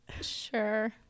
Sure